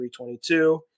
322